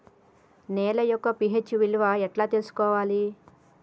నేల యొక్క పి.హెచ్ విలువ ఎట్లా తెలుసుకోవాలి?